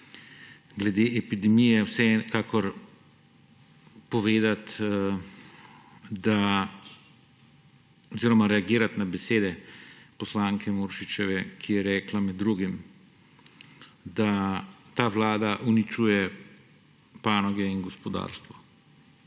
glede epidemije, vsekakor reagirati na besede poslanke Muršičeve, ki je rekla med drugim, da ta vlada uničuje panoge in gospodarstvo.